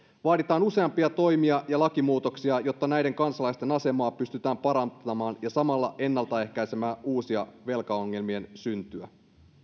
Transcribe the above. vaaditaan useampia toimia ja lakimuutoksia jotta näiden kansalaisten asemaa pystytään parantamaan ja samalla ennaltaehkäisemään uusien velkaongelmien syntyä